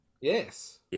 yes